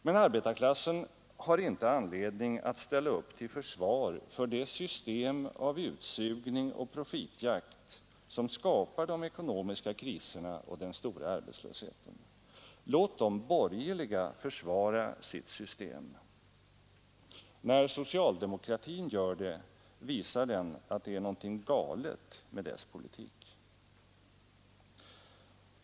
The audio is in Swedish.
Men arbetarklassen har inte anledning att ställa upp till försvar för det system av utsugning och profitjakt som skapar de ekonomiska kriserna och den stora arbetslösheten. Låt de borgerliga försvara sitt system. När socialdemokratin gör det, visar den att det är något galet med dess politik.